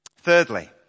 Thirdly